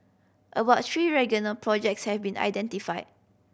about three regional projects have been identified